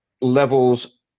levels